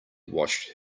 washed